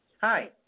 Hi